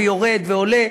ויורד ועולה.